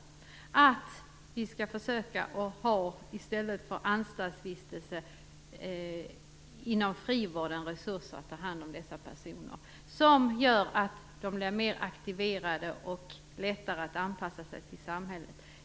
Vi skall i stället för att döma till anstaltsvistelse försöka ha resurser inom frivården för att hand om dessa personer. Det gör att de blir mer aktiverade och får lättare att anpassa sig till samhället.